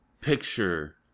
picture